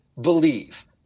believe